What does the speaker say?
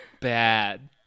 bad